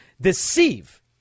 deceive